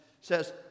says